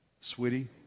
sweetie